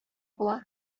була